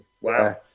wow